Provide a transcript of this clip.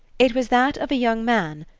it was that of a young man,